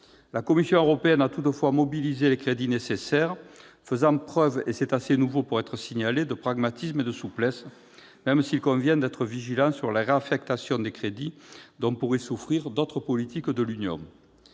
La Commission européenne a toutefois mobilisé les crédits nécessaires, faisant preuve- c'est assez nouveau pour être signalé -de pragmatisme et de souplesse, même s'il convient d'être vigilant sur la réaffectation de crédits dont pourraient souffrir d'autres politiques de l'Union